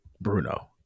Bruno